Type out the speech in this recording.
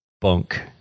bunk